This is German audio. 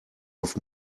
auf